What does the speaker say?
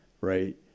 right